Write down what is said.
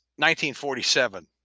1947